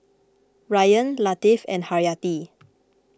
Ryan Latif and Haryati